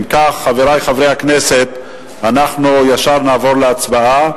אם כך, חברי חברי הכנסת, אנחנו ישר נעבור להצבעה.